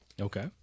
Okay